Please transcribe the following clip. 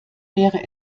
wäre